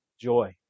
Joy